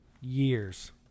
years